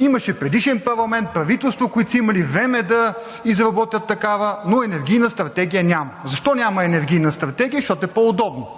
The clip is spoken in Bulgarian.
Имаше предишен парламент, правителство, които са имали време да изработят такава, но енергийна стратегия няма. Защо няма Енергийна стратегия? Защото е по-удобно